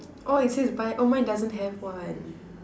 oh it says buy oh mine doesn't have one